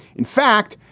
in fact,